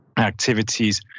activities